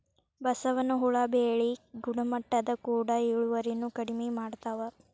ಬಸವನ ಹುಳಾ ಬೆಳಿ ಗುಣಮಟ್ಟದ ಕೂಡ ಇಳುವರಿನು ಕಡಮಿ ಮಾಡತಾವ